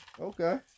Okay